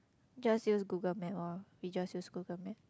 just use Google-Map orh we just use Google-Map